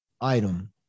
item